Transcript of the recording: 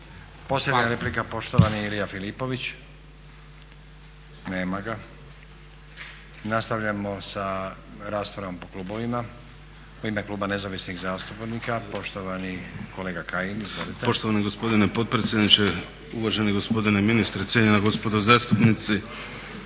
Posljednja replika, poštovani Ilija Filipović. Nema ga. Nastavljamo sa raspravom po klubovima. U ime kluba Nezavisnih zastupnika poštovani kolega Kajin, izvolite. **Kajin, Damir (ID - DI)** Poštovani gospodine potpredsjedniče, uvaženi gospodine ministre, cijenjena gospodo zastupnici.